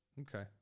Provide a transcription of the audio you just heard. Okay